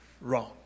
wrong